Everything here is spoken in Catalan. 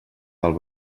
del